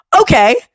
Okay